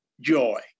joy